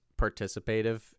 participative